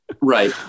Right